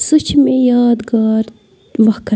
سُہ چھِ مےٚ یادگار وقت